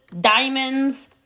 diamonds